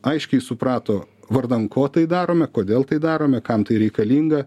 aiškiai suprato vardan ko tai darome kodėl tai darome kam tai reikalinga